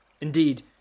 Indeed